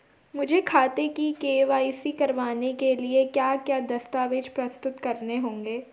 मुझे खाते की के.वाई.सी करवाने के लिए क्या क्या दस्तावेज़ प्रस्तुत करने होंगे?